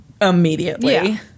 immediately